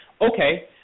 Okay